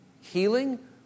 healing